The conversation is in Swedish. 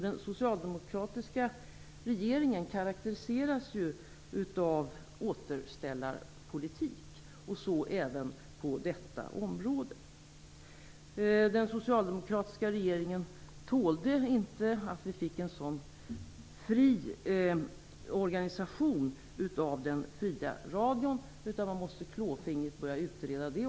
Den socialdemokratiska regeringen karakteriseras av återställarpolitik - så även på detta område. Regeringen tålde inte att vi fick en sådan fri organisation av den fria radion, utan den måste klåfingrigt börja utreda detta.